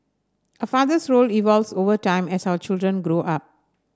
a father's role evolves over time as our children grow up